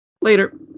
Later